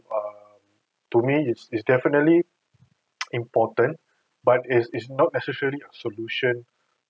um to me it's is definitely important but is is not necessarily a solution